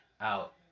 out